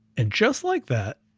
and just like that